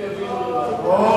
הם יבינו לבד.